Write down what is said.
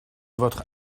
votre